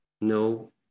No